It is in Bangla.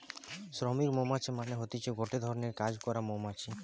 শ্রমিক মৌমাছি মানে হতিছে গটে ধরণের কাজ করা মৌমাছি